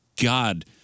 God